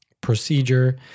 procedure